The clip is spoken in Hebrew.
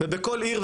בכל עיר,